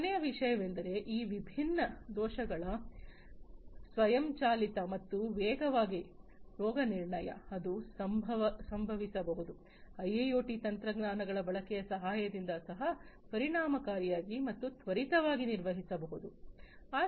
ಕೊನೆಯ ವಿಷಯವೆಂದರೆ ಈ ವಿಭಿನ್ನ ದೋಷಗಳ ಸ್ವಯಂಚಾಲಿತ ಮತ್ತು ವೇಗವಾಗಿ ರೋಗನಿರ್ಣಯ ಅದು ಸಂಭವಿಸಬಹುದು ಐಐಒಟಿ ತಂತ್ರಜ್ಞಾನಗಳ ಬಳಕೆಯ ಸಹಾಯದಿಂದ ಸಹ ಪರಿಣಾಮಕಾರಿಯಾಗಿ ಮತ್ತು ತ್ವರಿತವಾಗಿ ನಿರ್ವಹಿಸಬಹುದು